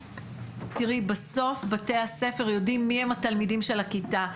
תראי בסוף בתי הספר יודעים מי הם התלמידים של הכיתה,